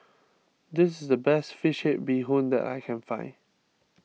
this is the best Fish Head Bee Hoon that I can find